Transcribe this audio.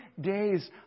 days